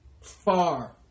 far